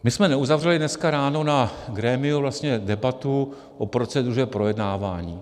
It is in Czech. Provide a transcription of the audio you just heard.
My jsme neuzavřeli dneska ráno na grémiu vlastně debatu o proceduře projednávání.